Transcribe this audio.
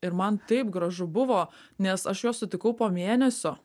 ir man taip gražu buvo nes aš juos sutikau po mėnesio